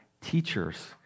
teachers